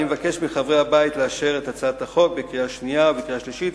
אני מבקש מחברי הבית לאשר את הצעת החוק בקריאה שנייה ובקריאה שלישית,